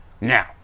Now